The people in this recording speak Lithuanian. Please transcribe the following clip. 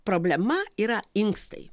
problema yra inkstai